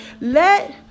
Let